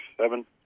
seven